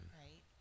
right